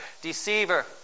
deceiver